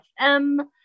FM